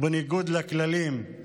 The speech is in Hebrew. ובניגוד לכללים,